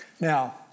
Now